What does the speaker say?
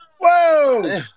Whoa